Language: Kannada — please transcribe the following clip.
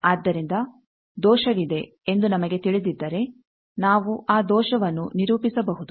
ಆದ್ದರಿಂದ ದೋಷವಿದೆ ಎಂದು ನಮಗೆ ತಿಳಿದಿದ್ದರೆ ನಾವು ಆ ದೋಷವನ್ನು ನಿರೂಪಿಸಬಹುದು